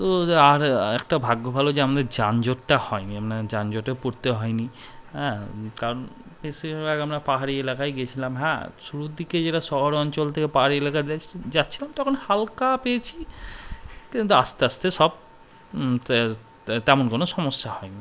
তো আর একটা ভাগ্য ভালো যে আমাদের যানজটটা হয়নি আন যানজটে পড়তে হয়নি হ্যাঁ কারণ বেশিরভাগ আগ আমরা পাহাড়ি এলাকায় গিয়েছিলাম হ্যাঁ শুরুর দিকে যেটা শহর অঞ্চল থেকে পাহাড়ি এলাকা যাচ্ছিলাম তখন হালকা পেয়েছি কিন্তু আস্তে আস্তে সব তেমন কোনো সমস্যা হয়নি